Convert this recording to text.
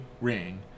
Ring